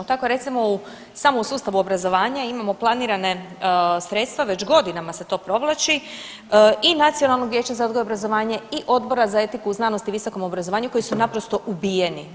Tako recimo u, samo u sustavu obrazovanja imamo planirane sredstva, već godinama se to provlači, i Nacionalno vijeće za odgoj i obrazovanje i Odbora za etiku i znanost u visokom obrazovanju koji su naprosto ubijeni.